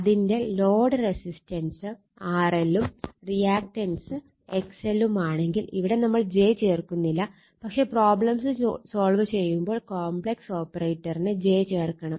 അതിന്റെ load resistance RL ഉം reactance XL ഉം ആണെങ്കിൽ ഇവിടെ നമ്മൾ j ചേർക്കുന്നില്ല പക്ഷെ പ്രോബ്ലംസ് സോൾവ് ചെയ്യുമ്പോൾ കോംപ്ലക്സ് ഓപ്പറേറ്ററിന് j ചേർക്കണം